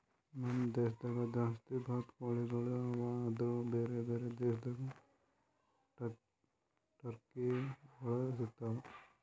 ನಮ್ ದೇಶದಾಗ್ ಜಾಸ್ತಿ ಬಾತುಕೋಳಿಗೊಳ್ ಅವಾ ಆದುರ್ ಬೇರೆ ಬೇರೆ ದೇಶದಾಗ್ ಟರ್ಕಿಗೊಳ್ ಸಿಗತಾವ್